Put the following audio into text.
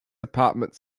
department